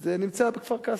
זה נמצא בכפר-קאסם,